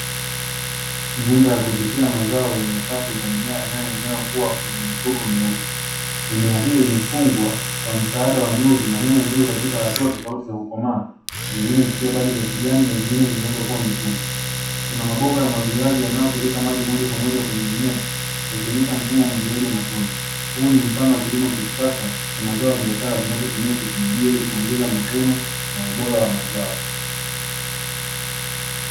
Nyumba ya kuoteshea mazao yenye safu za mimea ya nyanya inayokuwa kwenye mifuko meusi. Mimea hii imefungwa kwa msaada wa nyuzi na nyanya zipo katika hatua tofauti za kukomaa, zingine zikiwa bado za kijani na zingine zimeanza kuwa nyekundu. Kuna mabomba ya umwagiliaji yanayopeleka maji moja kwa moja kwenye mimea, yakuonesha mfumo wa umwagiliaji wa matone. Huu ni mfano wa kilimo cha kisasa cha mazao ya biashara kinachotumia teknolojia ili kuongeza mavuno na ubora wa mazao.